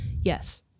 Yes